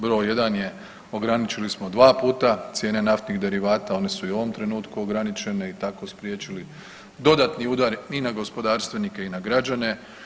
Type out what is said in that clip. Broj jedan je, ograničili smo dva puta cijene naftnih derivata, one su i u ovom trenutku ograničene i tako spriječili dodatni udar i na gospodarstvenike i na građane.